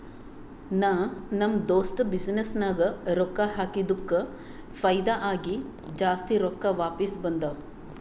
ನಾ ನಮ್ ದೋಸ್ತದು ಬಿಸಿನ್ನೆಸ್ ನಾಗ್ ರೊಕ್ಕಾ ಹಾಕಿದ್ದುಕ್ ಫೈದಾ ಆಗಿ ಜಾಸ್ತಿ ರೊಕ್ಕಾ ವಾಪಿಸ್ ಬಂದಾವ್